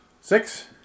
six